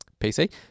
PC